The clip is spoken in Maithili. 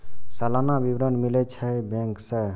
सलाना विवरण मिलै छै बैंक से?